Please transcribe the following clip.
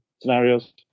scenarios